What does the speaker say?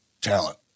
talent